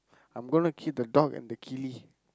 I'm gona keep the dog and the kili